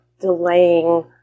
delaying